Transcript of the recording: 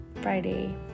Friday